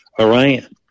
Iran